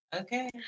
Okay